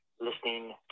listening